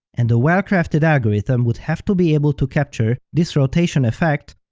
and a well-crafted algorithm would have to be able to capture this rotation effect,